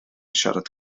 siarad